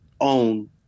own